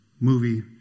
movie